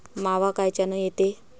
मावा कायच्यानं येते?